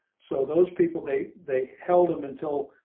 so those people they they held them until,